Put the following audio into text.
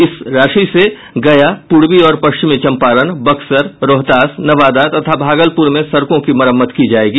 इस राशि से गया पूर्वी और पश्चिमी चंपारण बक्सर रोहतास नवादा तथा भागलपुर में सड़कों की मरम्मत की जायेगी